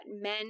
men